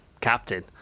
captain